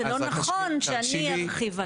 אמרתי שזה לא נכון שאני ארחיב עליו.